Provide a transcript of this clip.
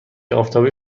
آفتابی